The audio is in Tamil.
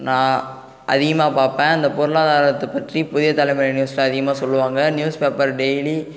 நான் அதிகமாக பார்ப்பேன் இந்த பொருளாதாரத்தை பற்றி புதிய தலைமுறை நியூஸில் அதிகமாக சொல்லுவாங்க நியூஸ் பேப்பர் டெய்லி